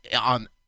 on